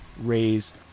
raise